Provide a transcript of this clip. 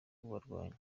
kubarwanya